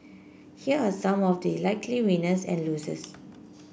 here are some of the likely winners and losers